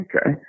okay